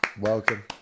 Welcome